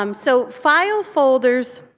um so file folders